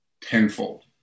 tenfold